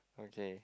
okay